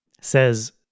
says